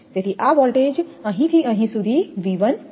તેથી આ વોલ્ટેજ અહીંથી અહીં સુધી V1 છે